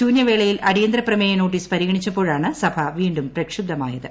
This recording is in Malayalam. ശൂന്യവേളയിൽ അടിയന്തരപ്രമേയ നോട്ടീസ് പരിഗണിച്ചപ്പോഴാണ് സഭ വീണ്ടും പ്രക്ഷുബ്ധമായത്